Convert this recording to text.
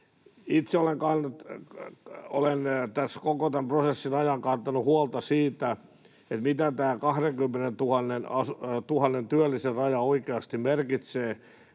Itse olen tässä koko tämän prosessin ajan kantanut huolta siitä, mitä tämä 20 000 työllisen raja oikeasti merkitsee.